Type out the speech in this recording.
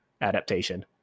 adaptation